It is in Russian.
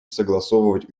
согласовывать